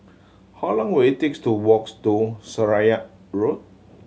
how long will it takes to walks to Seraya Road